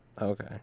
okay